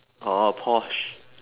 orh porsche